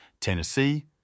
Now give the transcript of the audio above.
Tennessee